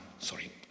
sorry